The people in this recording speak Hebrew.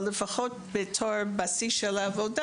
אבל לפחות בתור בסיס של עבודה.